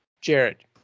Jared